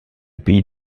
pays